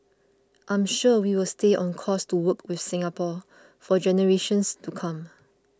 I'm sure we will stay on course to work with Singapore for generations to come